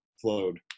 flowed